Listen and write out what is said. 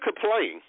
complain